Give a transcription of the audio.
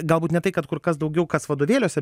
galbūt ne tai kad kur kas daugiau kas vadovėliuose